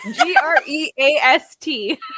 G-R-E-A-S-T